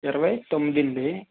ఇరవై తొమ్మిది అండి